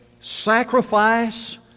sacrifice